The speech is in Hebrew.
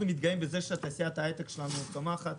מתגאים בזה שתעשיית ההייטק שלנו צומחת.